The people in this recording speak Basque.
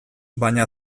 baina